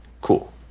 cool